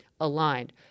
aligned